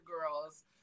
girls